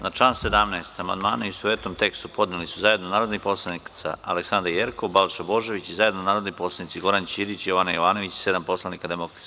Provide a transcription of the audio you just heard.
Na član 17. amandmane, u istovetnom tekstu, podneli su zajedno narodni poslanici Aleksandra Jerkov, Balša Božović i zajedno narodni poslanici Goran Ćirić, Jovana Jovanović i sedam poslanika DS.